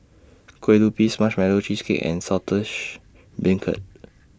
Kue Lupis Marshmallow Cheesecake and Saltish Beancurd